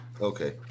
Okay